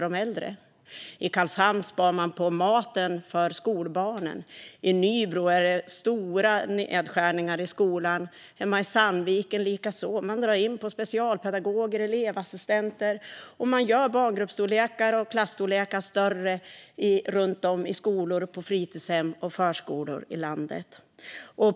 I Karlshamn sparar man på maten för skolbarnen. I Nybro är det stora nedskärningar i skolan, i Sandviken likaså. Man drar in på specialpedagoger och elevassistenter och gör barngrupper och klasser större i förskolor, i skolor och på fritidshem runt om i landet.